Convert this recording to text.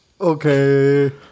Okay